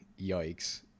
yikes